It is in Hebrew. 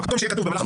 לא, לא כותבים כך.